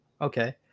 Okay